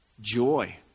joy